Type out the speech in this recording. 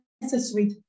necessary